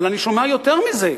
אבל אני שומע יותר מזה,